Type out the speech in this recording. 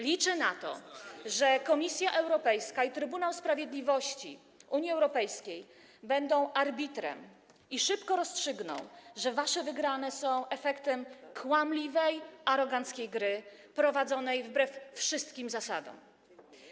Liczę na to, że Komisja Europejska i Trybunał Sprawiedliwości Unii Europejskiej będą arbitrem i szybko rozstrzygną, że wasze wygrane są efektem kłamliwej, aroganckiej gry prowadzonej wbrew wszystkim zasadom.